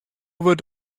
wurdt